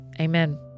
amen